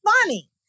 funny